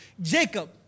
Jacob